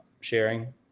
sharing